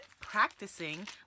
practicing